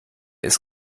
ist